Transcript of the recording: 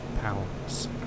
pounds